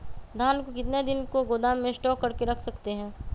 धान को कितने दिन को गोदाम में स्टॉक करके रख सकते हैँ?